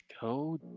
Go